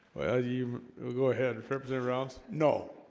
well you go ahead and flip it around no,